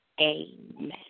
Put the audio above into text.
amen